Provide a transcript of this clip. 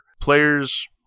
players